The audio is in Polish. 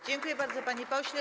Dziękuję bardzo, panie pośle.